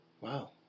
Wow